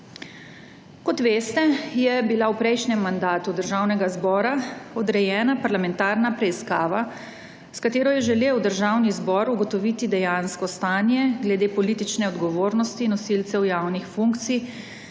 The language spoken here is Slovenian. Kot veste, je bila v prejšnjem mandatu Državnega zbora odrejena parlamentarna preiskava, s katero je želel Državni zbor ugotoviti dejansko stanje glede politične odgovornosti nosilcev javnih funkcij